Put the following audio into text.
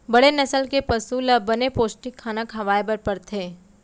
बड़े नसल के पसु ल बने पोस्टिक खाना खवाए बर परथे